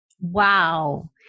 Wow